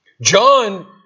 John